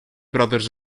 brothers